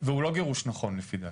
והוא לא גירוש נכון לפי דעתי,